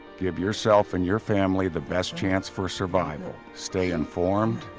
give yourself and your family the best chance for survival. stay informed,